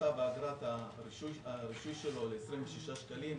הפחתה באגרת הרישוי שלו ל-26 שקלים,